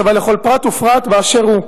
שווה לכל פרט ופרט באשר הוא,